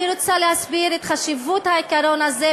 אני רוצה להסביר את חשיבות העיקרון הזה,